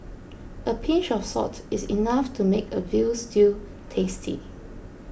a pinch of salt is enough to make a Veal Stew tasty